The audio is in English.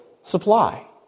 supply